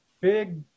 big